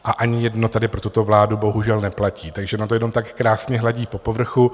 A ani jedno to tady pro tuto vládu bohužel neplatí, takže ona to jenom tak krásně hladí po povrchu.